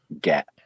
get